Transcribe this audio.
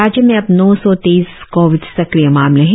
राज्य में अब नौ सौ तेइस कोविड सक्रिय मामले है